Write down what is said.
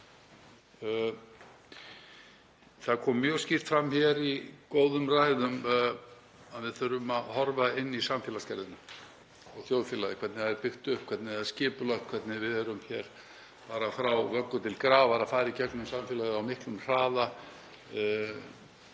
Það kom mjög skýrt fram hér í góðum ræðum að við þurfum að horfa á samfélagsgerðina og þjóðfélagið, hvernig það er byggt upp, hvernig það er skipulagt, hvernig við erum frá vöggu til grafar að fara í gegnum samfélagið á miklum hraða,